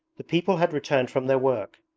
the people had returned from their work.